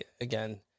again